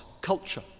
culture